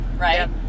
right